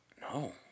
No